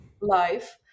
life